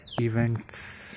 events